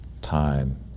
time